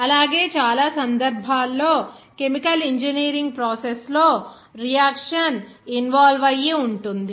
అలాగే చాలా సందర్భాల్లో కెమికల్ ఇంజనీర్ ప్రాసెసెస్ లో రియాక్షన్ ఇన్వాల్వ్ అయ్యి ఉంటుంది